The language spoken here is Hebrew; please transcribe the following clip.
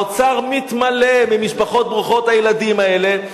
האוצר מתמלא מהמשפחות ברוכות הילדים האלה,